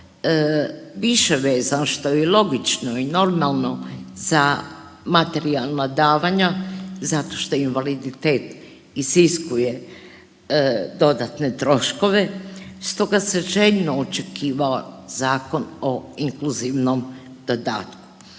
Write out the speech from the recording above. više vezan, što je i logično i normalno za materijalna davanja zato što invaliditet iziskuje dodatne troškove, stoga se željno očekivao Zakon o inkluzivnom dodatku